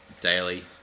daily